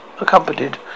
accompanied